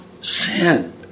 sin